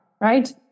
right